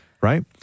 right